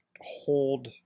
hold